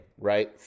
Right